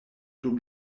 dum